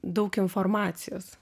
daug informacijos